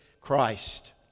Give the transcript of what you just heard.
Christ